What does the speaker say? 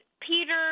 Peter